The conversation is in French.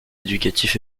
éducatifs